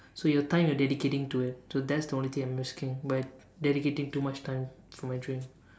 so your time you're dedicating to it so that's the only thing I'm risking by dedicating too much time for my dream